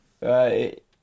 Right